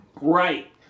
Right